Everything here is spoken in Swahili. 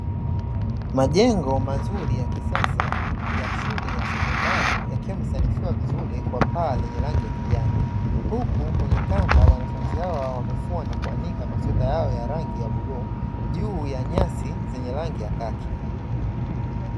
Majengo mazuri ya kisasa ya shule ya sekondari yakiwa yamesanifiwa vizuri kwa paa lenye rangi ya kijani, huku kwenye kamba wanafunzi hawa wamefua na kuanika masweta yao ya rangi ya bluu, juu ya nyasi zenye rangi ya kaki.